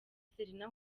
serena